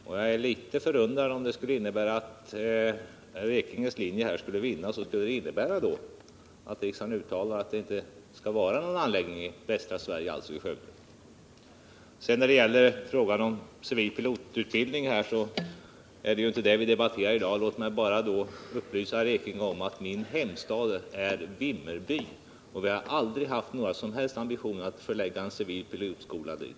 Om herr Ekinges linje skulle vinna skulle det innebära att riksdagen uttalar att vi inte skall ha någon anläggning i västra Sverige, alltså i Skövde. Det förundrar mig något. Vi debatterar inte civil pilotutbildning i dag, men låt mig upplysa herr Ekinge om att min hemstad är Vimmerby, och vi har aldrig haft några som helst ambitioner att förlägga en civil pilotskola dit.